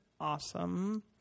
awesome